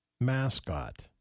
Mascot